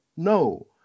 No